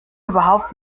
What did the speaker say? überhaupt